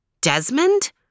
Desmond